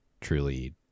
truly